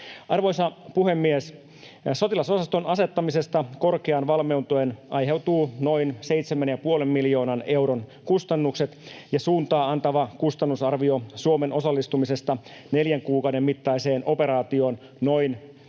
Arvoisa puhemies! Sotilasosaston asettamisesta korkeaan valmiuteen aiheutuu noin 7,5 miljoonan euron kustannukset, ja suuntaa antava kustannusarvio Suomen osallistumisesta neljän kuukauden mittaiseen operaatioon noin 30